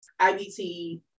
IBT